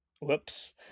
Whoops